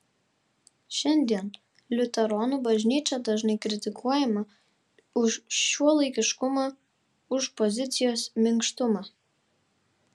šiandien liuteronų bažnyčia dažnai kritikuojama už šiuolaikiškumą už pozicijos minkštumą